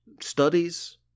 studies